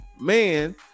man